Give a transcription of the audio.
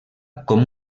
com